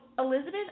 Elizabeth